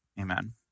Amen